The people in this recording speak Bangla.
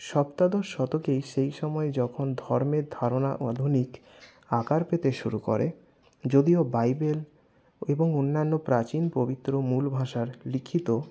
সপ্তাদশ শতকেই সেই সময় যখন ধর্মের ধারণা ও আধুনিক আকার পেতে শুরু করে যদিও বাইবেল এবং অন্যান্য প্রাচীন পবিত্র মূল ভাষার লিখিত